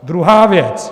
Druhá věc.